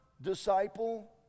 disciple